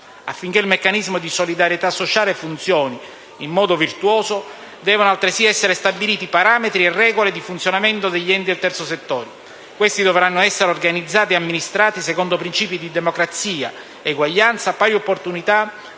Affinché il meccanismo di solidarietà sociale funzioni in modo virtuoso devono altresì essere stabiliti parametri e regole di funzionamento degli enti del terzo settore: questi dovranno essere organizzati e amministrati secondo principi di democrazia, eguaglianza, pari opportunità,